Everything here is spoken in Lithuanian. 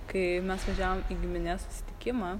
kai mes važiavom į giminės susitikimą